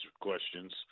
questions